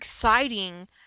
exciting